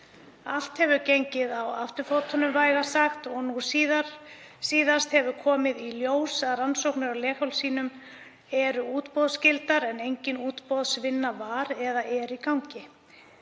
Allt hefur gengið á afturfótunum vægast sagt. Nú síðast hefur komið í ljós að rannsóknir á leghálssýnum eru útboðsskyldar en engin útboðsvinna var eða er í gangi.